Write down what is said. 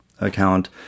account